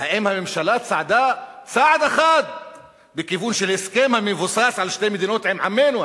האם הממשלה צעדה צעד אחד בכיוון של הסכם המבוסס על שתי מדינות עם עמנו,